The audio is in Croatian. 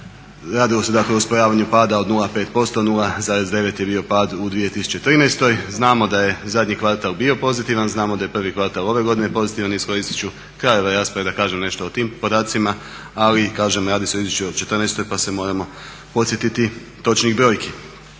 jer se radilo o usporavanju pada od 0,5%, 0,9% je bio pad u 2013. Znamo da je zadnji kvartal bio pozitivan, znamo da je prvi kvartal ove godine pozitivan, iskoristit ću kraj ove rasprave da kažem nešto o tim podacima, ali kažem radi se o izvješću o 2014.pa se moramo podsjetiti točnih brojki.